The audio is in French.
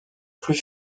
plus